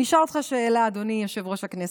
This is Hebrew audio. אני אשאל אותך שאלה, אדוני יושב-ראש הכנסת,